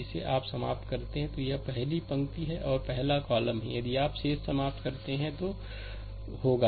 यदि आप शेष समाप्त करते हैं तो a 2 2 a 2 2 a 2 2 a 2 2 तो a 2 2 a 2 2 a 2 2 a 2 2 होगा